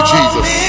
Jesus